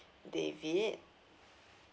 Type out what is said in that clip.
david